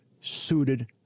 suited